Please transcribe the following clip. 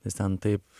nes ten taip